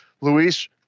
Luis